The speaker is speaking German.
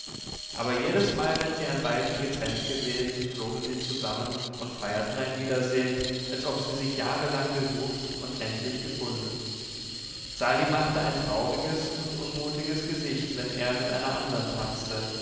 aber jedesmal wenn sie ein weilchen getrennt gewesen flogen sie zusammen und feierten ein wiedersehen als ob sie sich jahrelang gesucht und endlich gefunden sali machte ein trauriges und unmutiges gesicht wenn er mit einer andern tanzte